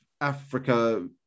Africa